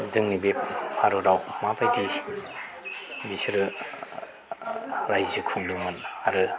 जोंनि बे भारतआव माबायदि बिसोरो रायजो खुंदोंमोन आरो